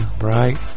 right